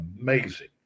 amazing